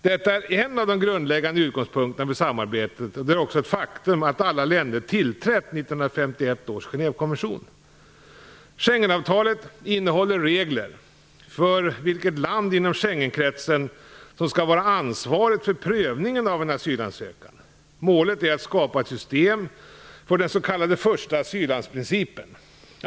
Detta är en av de grundläggande utgångspunkterna för samarbetet, och det är också ett faktum att alla länder tillträtt 1951 års Genèvekonvention. Schengenavtalet innehåller regler för vilket land inom Schengenkretsen som skall vara ansvarigt för prövningen av en asylansökan. Målet är att skapa ett system för den s.k. första asyllandsprincipen.